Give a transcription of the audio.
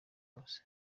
bose